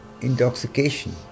intoxication